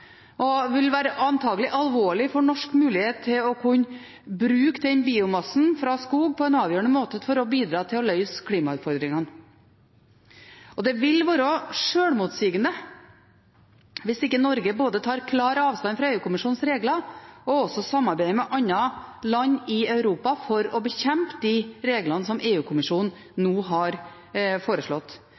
antakelig vil være alvorlig for norsk mulighet til å kunne bruke biomassen fra skog på en avgjørende måte for å bidra til å løse klimautfordringene. Det vil være sjølmotsigende hvis ikke Norge både klart tar avstand fra EU-kommisjonens regler og også samarbeider med andre land i Europa for å bekjempe de reglene som EU-kommisjonen nå har foreslått,